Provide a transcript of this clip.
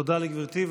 תודה לגברתי.